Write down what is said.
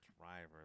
driver